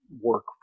work